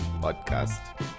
Podcast